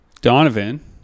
Donovan